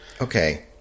Okay